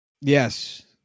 Yes